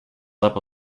lab